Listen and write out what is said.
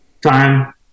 time